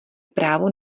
právo